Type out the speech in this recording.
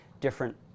different